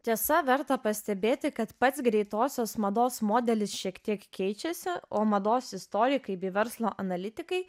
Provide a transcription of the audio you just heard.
tiesa verta pastebėti kad pats greitosios mados modelis šiek tiek keičiasi o mados istorikai bei verslo analitikai